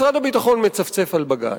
משרד הביטחון מצפצף על בג"ץ,